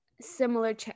similar